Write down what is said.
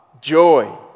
joy